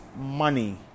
money